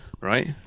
right